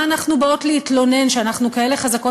על מה אנחנו באות להתלונן כשאנחנו כאלה חזקות,